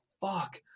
fuck